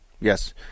yes